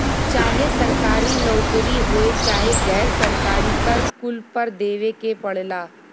चाहे सरकारी नउकरी होये चाहे गैर सरकारी कर कुल पर देवे के पड़ला